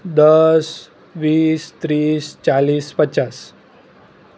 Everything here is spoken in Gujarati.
દસ વીસ ત્રીસ ચાલીસ પચાસ